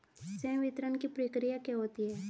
संवितरण की प्रक्रिया क्या होती है?